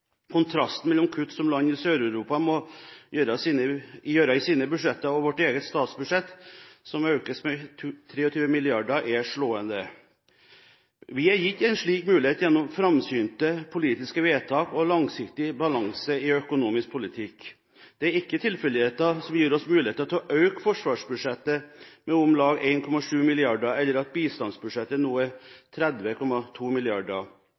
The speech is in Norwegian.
Kontrasten mellom kuttene som landene i Sør-Europa må gjøre i sine budsjetter, og vårt eget statsbudsjett, som økes med 23 mrd. kr, er slående. Vi er gitt en slik mulighet gjennom framsynte politiske vedtak og langsiktig balanse i den økonomiske politikken. Det er ikke tilfeldigheter som gir oss muligheter til å øke forsvarsbudsjettet med om lag 1,7 mrd. kr, eller at bistandsbudsjettet nå